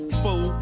fool